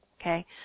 okay